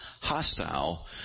hostile